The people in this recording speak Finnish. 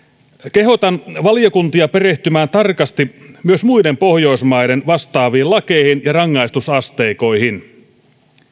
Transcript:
kehotan valiokuntia perehtymään tarkasti myös muiden pohjoismaiden vastaaviin lakeihin ja rangaistusasteikkoihin